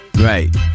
right